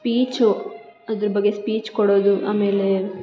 speech ಅದ್ರ ಬಗ್ಗೆ speech ಕೊಡೊದು ಆಮೇಲೆ